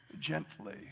gently